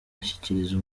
ashyikiriza